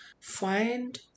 find